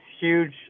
huge